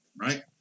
right